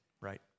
right